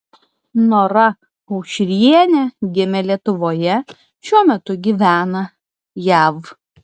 nora aušrienė gimė lietuvoje šiuo metu gyvena jav